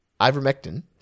ivermectin